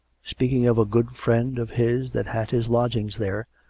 speaking of a good friend of his that had his lodgings there,